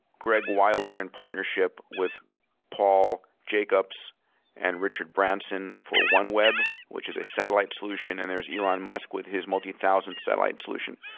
greg weiler in partnership with paul jacobs and richard branson for oneweb, which is a satellite solution and there is elon musk with his multi thousand satellite solution.